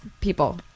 people